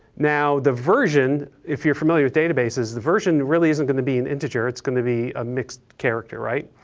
now, the version, if you're familiar with databases, the version really isn't going to be an integer, it's going to be a mixed character, right?